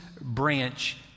branch